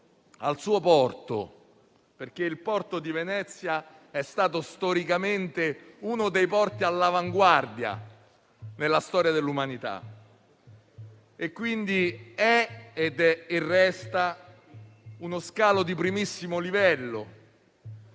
al suo porto. Quello di Venezia è stato storicamente uno dei porti all'avanguardia nella storia dell'umanità, quindi è e resta uno scalo di primissimo livello.